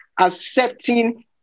accepting